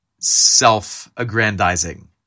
self-aggrandizing